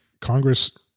Congress